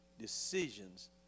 decisions